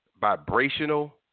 Vibrational